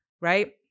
right